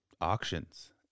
auctions